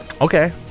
okay